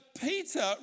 Peter